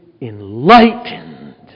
enlightened